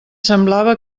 semblava